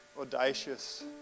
audacious